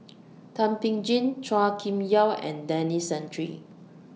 Thum Ping Tjin Chua Kim Yeow and Denis Santry